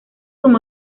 con